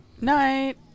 Night